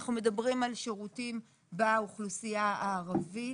אנחנו מדברים על שירותים באוכלוסייה הערבית,